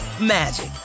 magic